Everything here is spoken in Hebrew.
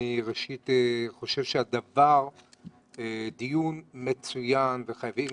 ראשית אני חושב שהדיון מצוין וחייבים